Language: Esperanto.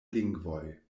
lingvoj